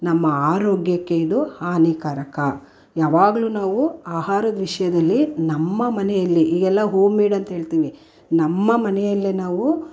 ನಮ್ಮ ಆರೋಗ್ಯಕ್ಕೆ ಇದು ಹಾನಿಕಾರಕ ಯಾವಾಗಲೂ ನಾವು ಆಹಾರದ ವಿಷಯದಲ್ಲಿ ನಮ್ಮ ಮನೆಯಲ್ಲಿ ಈಗೆಲ್ಲ ಹೋಮ್ಮೇಡ್ ಅಂತ್ಹೇಳ್ತೀವಿ ನಮ್ಮ ಮನೆಯಲ್ಲೇ ನಾವು